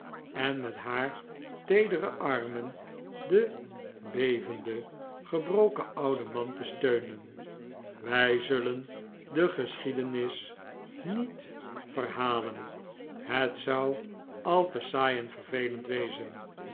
en met haar teedere annen den bevenden gebroken ouden man te steunen wij zullen de geschiedenis niet verhalen het zou al te saai en vervelend wezen